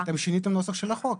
בטח, כי אתם שינתם נוסח של החוק.